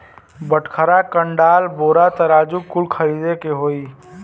बटखरा, कंडाल, बोरा, तराजू कुल खरीदे के होई